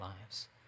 lives